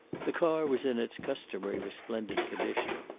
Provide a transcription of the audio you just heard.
the car was in its customary resplendent condition.